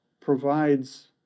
provides